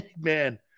man